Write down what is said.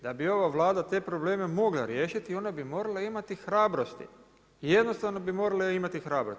Da bi ova Vlada te probleme mogla riješiti, ona bi morala imati hrabrosti i jednostavno bi morala imati hrabrosti.